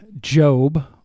Job